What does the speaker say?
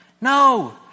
No